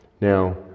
Now